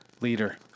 leader